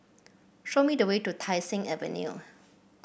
show me the way to Tai Seng Avenue